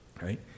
Right